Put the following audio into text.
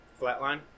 Flatline